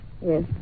Yes